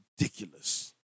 ridiculous